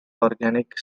organic